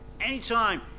Anytime